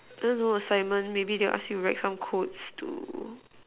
I don't know assignment maybe they'll ask you to write some codes to